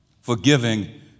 Forgiving